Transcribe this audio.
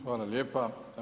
Hvala lijepa.